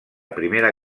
primera